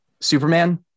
Superman